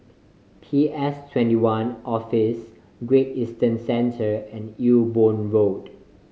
P S Twenty one Office Great Eastern Centre and Ewe Boon Road